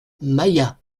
maillat